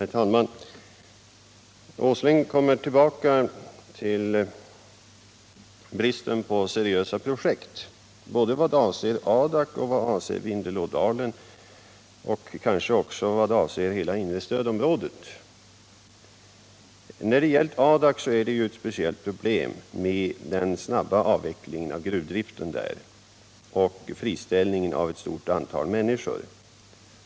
Herr talnuan! Nils Åsling kommer tillbaka till bristen på seriösa projekt både vad avser Adak och vad avser Vindelådalen och kanske också vad avser hela inre stödområdet. För Adak är det ju ett speciellt problem med den snabba avvecklingen av gruvdriften där och friställningen av ett stort antal människor.